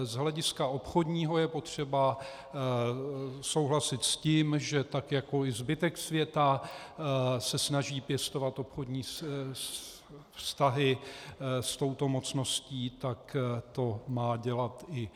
Z hlediska obchodního je potřeba souhlasit s tím, že tak jako i zbytek světa se snaží pěstovat obchodní vztahy s touto mocností, tak to má dělat i ČR.